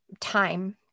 time